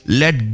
let